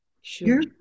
Sure